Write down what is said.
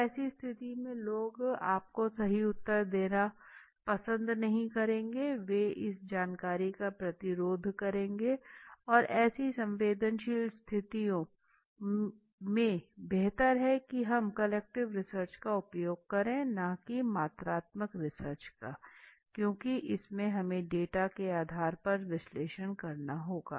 तो ऐसी स्थिति में लोग आपको सही उत्तर देना पसंद नहीं करेंगे वे इस जानकारी का प्रतिरोध करेंगे और ऐसी संवेदनशील स्थितियों में बेहतर है कि हम क्वॉलिटीटीव रिसर्च का उपयोग करें और ना की मात्रात्मक रिसर्च का क्योंकि इसमे हमे डेटा के आधार पर विश्लेषण करना होगा